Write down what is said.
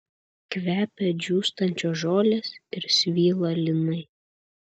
kvepia džiūstančios žolės ir svylą linai